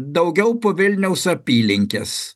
daugiau po vilniaus apylinkes